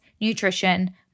nutrition